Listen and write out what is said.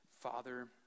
father